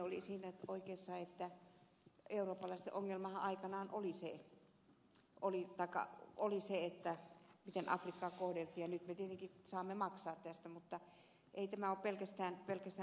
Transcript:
tiusanen oli siinä oikeassa että eurooppalaisten ongelmahan aikanaan oli se miten afrikkaa kohdeltiin ja nyt me tietenkin saamme maksaa tästä